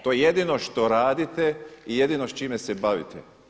To je jedino što radite i jedino s čime se bavite.